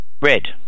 red